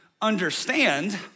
understand